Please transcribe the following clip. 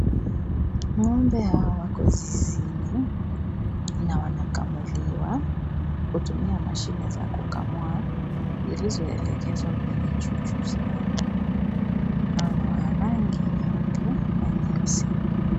Ng'ombe hawa wako zizini na wanakamuliwa kutumia mashine za kukamua zilizoelekezwa kwenye chuchu zao. Ng'ombe hawa ni wa rangi nyeupe na nyeusi.